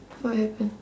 what happen